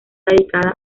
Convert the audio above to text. dedicada